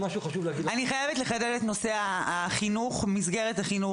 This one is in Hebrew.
אני חייבת לחדד את נושא מסגרת החינוך.